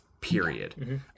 period